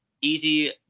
easy